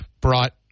brought